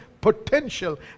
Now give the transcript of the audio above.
potential